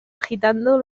agitando